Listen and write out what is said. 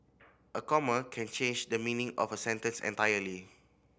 a comma can change the meaning of a sentence entirely